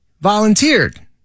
volunteered